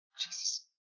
Jesus